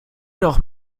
noch